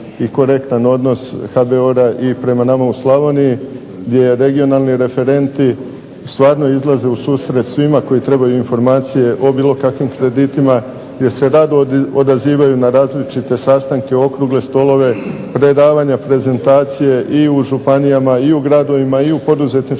HBOR-a i prema nama u Slavoniji gdje regionalni referenti stvarno izlaze u susret svima koji trebaju informacije o bilo kakvim kreditima jer se rado odazivaju na različite sastanke, okrugle stolove, predavanja, prezentacije i u županijama i u gradovima i u poduzetničkim